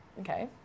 Okay